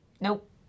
Nope